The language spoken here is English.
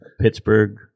Pittsburgh